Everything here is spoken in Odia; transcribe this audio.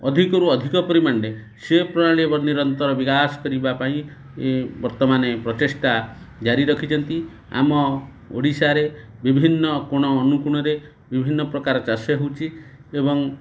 ଅଧିକରୁ ଅଧିକ ପରିମାଣରେ ସେ ପ୍ରଣାଳୀ ନିରନ୍ତର ବିକାଶ କରିବା ପାଇଁ ବର୍ତ୍ତମାନ ପ୍ରଚେଷ୍ଟା ଜାରି ରଖିଛନ୍ତି ଆମ ଓଡ଼ିଶାରେ ବିଭିନ୍ନ କୋଣ ଅନୁକୋଣରେ ବିଭିନ୍ନ ପ୍ରକାର ଚାଷ ହେଉଛି ଏବଂ